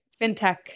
fintech